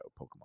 Pokemon